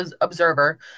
observer